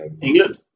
England